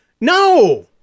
no